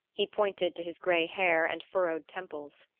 he pointed to his gray hair and furrowed temples.